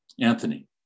Anthony